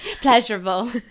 Pleasurable